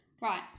Right